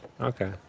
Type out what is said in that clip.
Okay